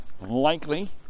Likely